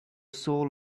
soul